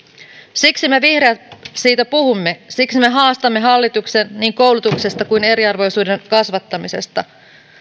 siksi me vihreät siitä puhumme siksi me haastamme hallituksen niin koulutuksesta kuin eriarvoisuuden kasvattamisesta